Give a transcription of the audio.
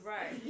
Right